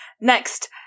Next